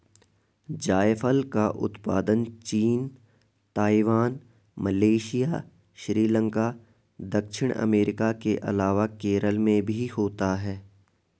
जायफल का उत्पादन चीन, ताइवान, मलेशिया, श्रीलंका, दक्षिण अमेरिका के अलावा केरल में भी होता है